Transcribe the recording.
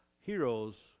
heroes